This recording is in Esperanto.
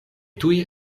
tuj